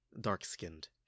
dark-skinned